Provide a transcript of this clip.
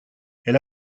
elle